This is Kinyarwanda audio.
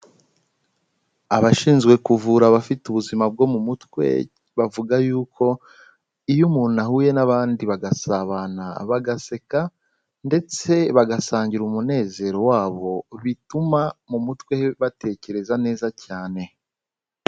Abashinzwe kuvura abafite ubuzima bwo mu mutwe bavuga yuko iyo umuntu ahuye n'abandi bagasabana, bagaseka ndetse bagasangira umunezero wabo bituma mu mutwe batekereza neza cyane.